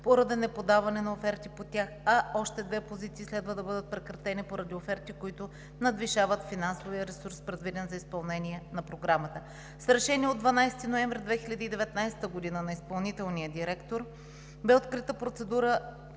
поради неподаване на оферти по тях, а още две позиции следва да бъдат прекратени поради оферти, които надвишават финансовия ресурс, предвиден за изпълнение на Програмата. С Решение от 12 ноември 2019 г. на изпълнителния директор бе открита процедура